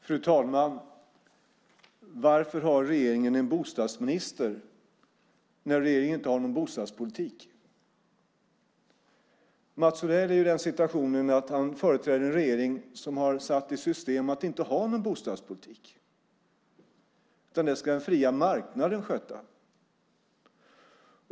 Fru talman! Varför har regeringen en bostadsminister när regeringen inte har någon bostadspolitik? Mats Odell är i den situationen att han företräder en regering som har satt i system att inte ha någon bostadspolitik, utan det ska den fria marknaden sköta.